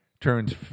turns